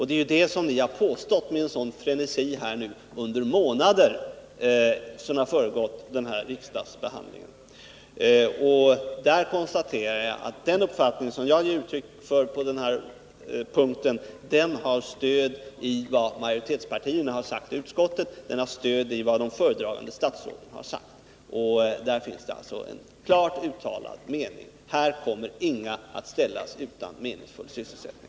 Det är ju det ni har påstått med en sådan frenesi under flera månader före den här riksdagsbehandlingen. Jag konstaterar att den uppfattning som jag ger uttryck för på den här punkten har stöd i vad majoritetspartierna i utskottet sagt och vad de föredragande statsråden sagt. Det finns alltså en klart uttalad uppfattning: Ingen kommer att ställas utan meningsfull sysselsättning.